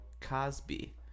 Cosby